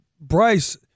Bryce